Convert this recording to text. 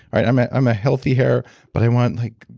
i'm i'm a healthy hair but i want like,